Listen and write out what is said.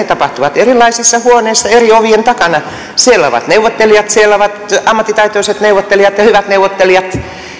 tapahtuu erilaisissa huoneissa eri ovien takana siellä ovat neuvottelijat siellä ovat eri puolueista ammattitaitoiset neuvottelijat ja hyvät neuvottelijat